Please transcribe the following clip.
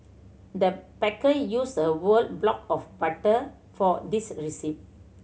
the baker used a were block of butter for this recipe